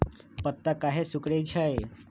पत्ता काहे सिकुड़े छई?